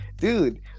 dude